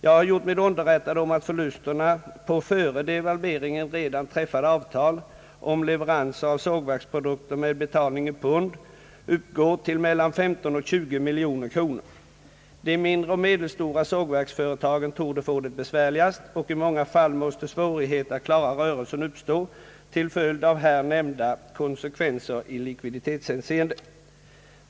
Jag har gjort mig underrättad om att förlusterna på före devalveringen träffade avtal om leveranser av sågverksprodukter med betalning i pund uppgår till mellan 15 och 20 miljoner kronor. De mindre och medelstora sågverksföretagen torde få det besvärligast, och i många fail måste svårigheter att klara rörelsen uppstå till följd av här nämnda konsekvenser i likviditetshänseende.